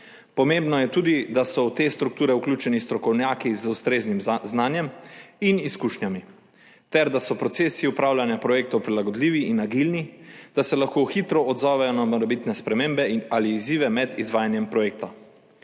Pomembno je tudi, da so v te strukture vključeni strokovnjaki z ustreznim znanjem in izkušnjami ter da so procesi upravljanja projektov prilagodljivi in agilni, da se lahko hitro odzovejo na morebitne spremembe ali izzive med izvajanjem projekta.